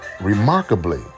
Remarkably